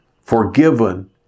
forgiven